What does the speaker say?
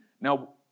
Now